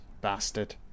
bastard